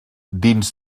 dins